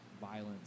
violence